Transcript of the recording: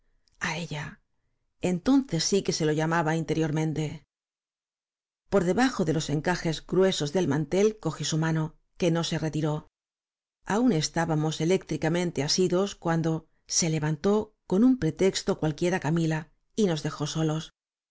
á ella entonces sí que se lo llamaba interiormente por debajo de los encajes gruesos del mantel cogí su mano que no se retiró aún estábamos eléctricamente asidos cuando se levantó con un pretexto cualquiera camila y nos dejó solos